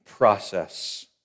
Process